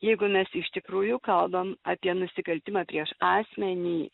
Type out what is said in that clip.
jeigu mes iš tikrųjų kalbam apie nusikaltimą prieš asmenį